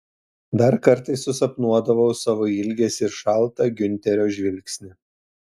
dar kartais susapnuodavau savo ilgesį ir šaltą giunterio žvilgsnį